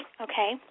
okay